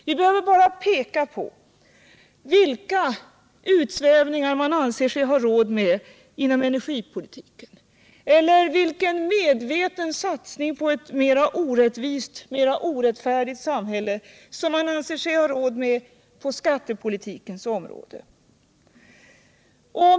Vi behöver bara peka på vilka utsvävningar regeringen anser sig ha råd med inom energipolitiken eller vilken medveten satsning på ett mer orättfärdigt samhälle den anser sig ha råd med på skattepolitikens område.